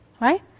Right